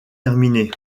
terminée